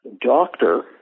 doctor